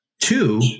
two